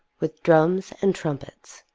with drums and trumpets.